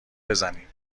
بزنیم